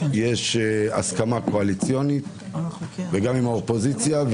יש הסכמה קואליציונית וגם עם האופוזיציה,